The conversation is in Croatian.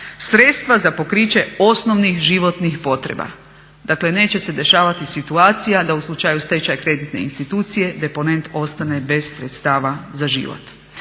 sredstva za pokriće osnovnih životnih potreba. Dakle, neće se dešavati situacija da u slučaju stečaja kreditne institucije deponent ostane bez sredstava za život.